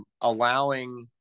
Allowing